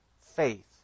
faith